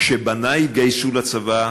כשבני התגייסו לצבא,